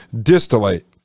distillate